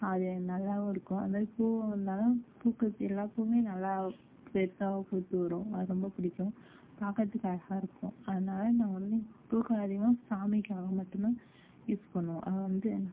அது நல்லாவும் இருக்கும் அதுமாதிரி பூவும் இருந்தாலும் பூக்கிறது எல்லா பூவுமே நல்லா பெருசாக பூத்து வரும் அது ரொம்ப பிடிக்கும் பார்க்கறதுக்கு அழகாக இருக்கும் அதனால நாங்கள் வந்து பூக்களை அதிகமாக சாமிக்காகவும் மட்டுந்தான் யூஸ் பண்ணுவோம் அதை வந்து